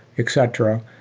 etc.